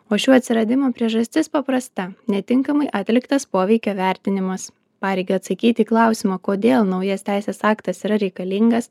o šių atsiradimo priežastis paprasta netinkamai atliktas poveikio vertinimas pareigą atsakyti į klausimą kodėl naujas teisės aktas yra reikalingas